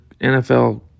NFL